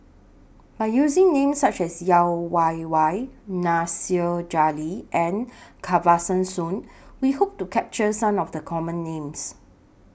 By using Names such as Yeo Wei Wei Nasir Jalil and Kesavan Soon We Hope to capture Some of The Common Names